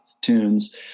tunes